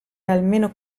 almeno